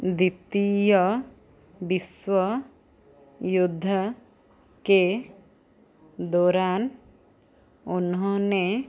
द्वितीय विश्व युद्ध के दौरान उन्होंने